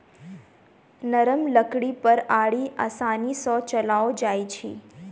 नरम लकड़ी पर आरी आसानी सॅ चलाओल जाइत अछि